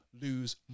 lose